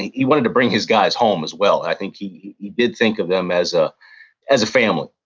and he wanted to bring his guys home as well. i think he he did think of them as ah as family.